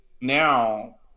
now